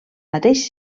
mateix